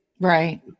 Right